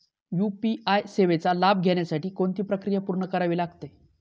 UPI सेवेचा लाभ घेण्यासाठी कोणती प्रक्रिया पूर्ण करावी लागते?